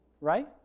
Right